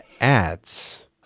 ads